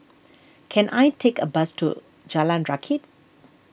can I take a bus to Jalan Rakit